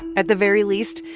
at the very least,